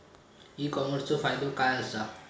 E कॉमर्सचो फायदो काय असा?